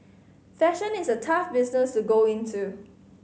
fashion is a tough business to go into